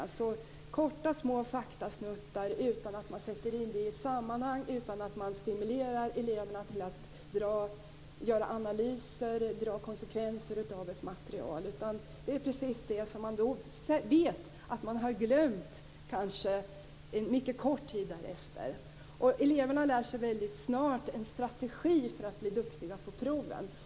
Det handlar om korta små faktasnuttar som inte sätts in i något sammanhang och som inte stimulerar eleverna till att göra analyser och dra konsekvenser av ett material. Det är precis sådant som man vet att man glömmer efter en kanske mycket kort tid. Eleverna lär sig väldigt snart en strategi för att bli duktiga på proven.